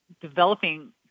developing